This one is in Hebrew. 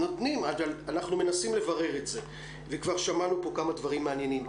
אנחנו מנסים לברר את זה וכבר שמענו פה כמה דברים מעניינים.